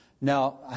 Now